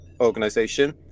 organization